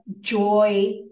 joy